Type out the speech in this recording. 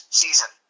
season